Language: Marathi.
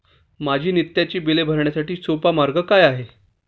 माझी नित्याची बिले भरण्यासाठी सोपा मार्ग काय आहे?